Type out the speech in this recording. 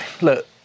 look